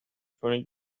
کنید